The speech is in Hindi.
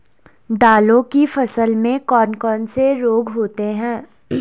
दालों की फसल में कौन कौन से रोग होते हैं?